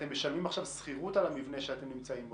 אתם משלמים עכשיו שכירות על המבנה שאתם נמצאים בו?